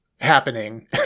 Happening